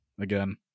again